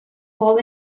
fall